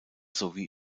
sowie